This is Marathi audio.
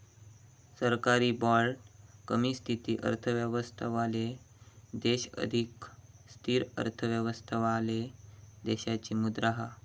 सरकारी बाँड कमी स्थिर अर्थव्यवस्थावाले देश अधिक स्थिर अर्थव्यवस्थावाले देशाची मुद्रा हा